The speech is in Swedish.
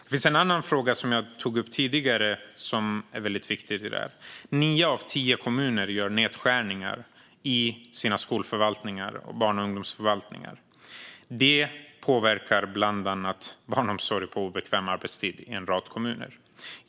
Det finns en annan fråga som är viktig i sammanhanget och som jag tog upp tidigare, nämligen att nio av tio kommuner gör nedskärningar i sina skolförvaltningar och barn och ungdomsförvaltningar. Det påverkar bland annat barnomsorgen på obekväm arbetstid i en rad kommuner.